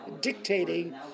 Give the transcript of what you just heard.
dictating